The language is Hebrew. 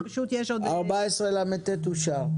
סעיף 14לט אושר.